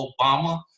Obama